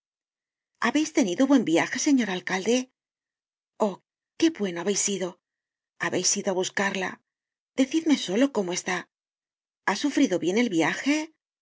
habeis tenido buen viaje señor alcalde oh qué bueno habeis sido haber ido á buscarla decidme solo cómo está ha sufrido bien el viaje